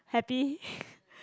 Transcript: happy